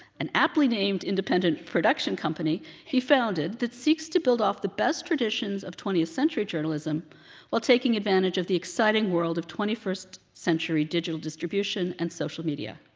an aptly named independent production company he founded that seeks to build off the best traditions of twentieth century journalism while taking advantage of the exciting world of twenty first century digital distribution and social media.